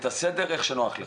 את הסדר, איך שנוח לך.